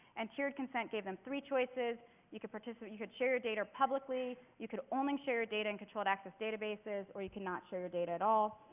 and tiered consent gave them three choices you could participate, you could share your data publicly, you could only share your data in controlled access databases, or you could not share your data at all.